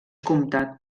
comtat